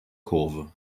kurve